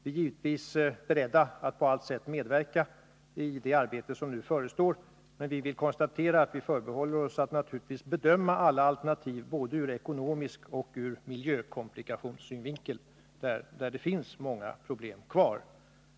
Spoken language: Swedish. Vi är givetvis beredda att på allt sätt medverka i det arbete som nu förestår. Men vi förbehåller oss naturligtvis rätten att bedöma alla alternativ, både ur ekonomisk synvinkel och ur miljökomplikationssynvinkel, där det finns många problem kvar.